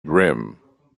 brim